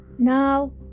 Now